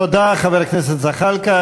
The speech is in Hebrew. תודה, חבר הכנסת זחאלקה.